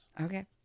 Okay